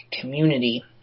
community